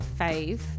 fave